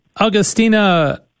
augustina